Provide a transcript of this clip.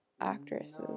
actresses